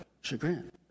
chagrin